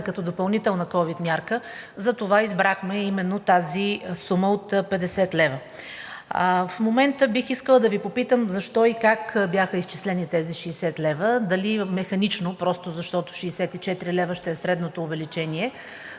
като допълнителна ковид мярка, затова избрахме именно тази сума от 50 лв. В момента бих искала да Ви попитам защо и как бяха изчислени тези 60 лв. – дали механично, просто защото 64 лв. ще е средното увеличение